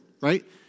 right